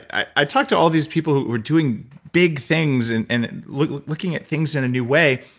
i talked to all of these people who are doing big things and and looking at things in a new way.